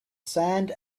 sand